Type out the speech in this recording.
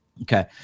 Okay